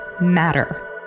matter